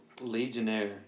legionnaire